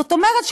זאת אומרת,